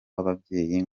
w’ababyeyi